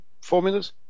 formulas